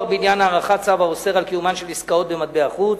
בעניין הארכת צו האוסר את קיומן של עסקאות במטבע-חוץ.